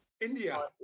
India